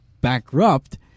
bankrupt